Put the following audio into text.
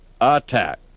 attack